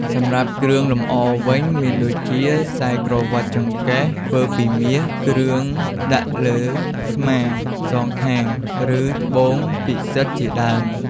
សម្រាប់គ្រឿងលម្អវិញមានដូចជា ខ្សែក្រវាត់ចង្កេះធ្វើពីមាស គ្រឿងដាក់លើស្មាសងខាង ឬ ត្បូងពិសិដ្ឋជាដើម។